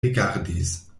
rigardis